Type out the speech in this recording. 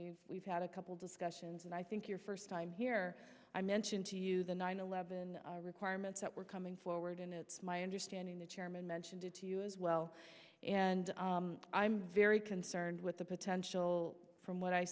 and we've had a couple of discussions and i think your first time here i mentioned to you the nine eleven requirements that were coming forward and it's my understanding the chairman mentioned it to you as well and i'm very concerned with the potential from what i